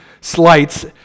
slights